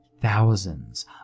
thousands